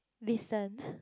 listen